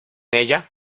ella